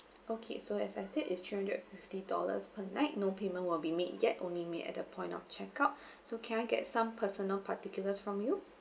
okay so as I said it's three hundred fifty dollars per night no payment will be made yet only made at the point of checkout so can I get some personal particulars from you